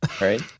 right